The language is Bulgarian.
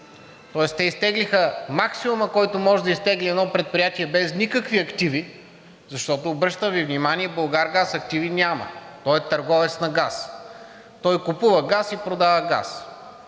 300. Те изтеглиха максимума, който може да изтегли едно предприятия без никакви активи, защото обръщам Ви внимание, че „Булгаргаз“ активи няма. Той е търговец на газ, купува газ и продава газ.